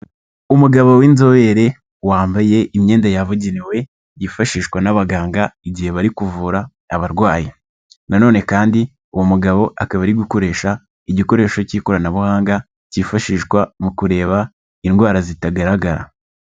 Umugabo w'inzobere wambaye imyenda yabugenewe yifashishwa n'abaganga igihe bari kuvura abarwayi, na none kandi uwo mugabo akaba ari gukoresha igikoresho cy'ikoranabuhanga cyifashishwa mu kureba indwara zitagaragara.